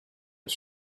his